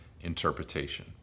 interpretation